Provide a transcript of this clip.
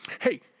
Hey